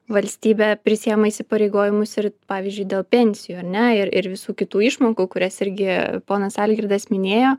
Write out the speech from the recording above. valstybė prisiima įsipareigojimus ir pavyzdžiui dėl pensijų ar ne ir ir visų kitų išmokų kurias irgi ponas algirdas minėjo